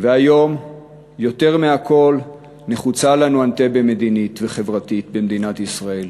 והיום יותר מהכול נחוצה לנו אנטבה מדינית וחברתית במדינת ישראל.